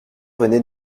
venait